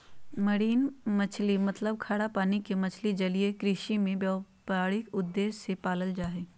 marine मछली मतलब खारा पानी के मछली जलीय कृषि में व्यापारिक उद्देश्य से पालल जा हई